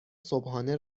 صبحانه